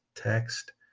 Text